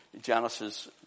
Genesis